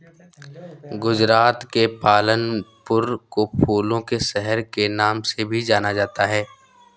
गुजरात के पालनपुर को फूलों के शहर के नाम से भी जाना जाता है